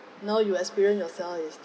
now you experience yourself